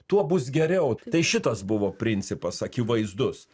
tuo bus geriau tai šitas buvo principas akivaizdus